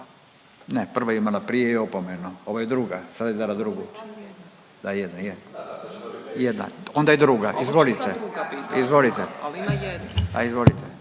Ne, prva je imala prije je opomena, ovo je druga, sad je dala drugu već. Da jedna, je. Jedna. Onda je druga, izvolite, izvolite. …/Upadica: